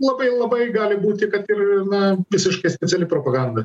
labai labai gali būti kad ir na visiškai speciali propaganda